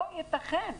לא ייתכן.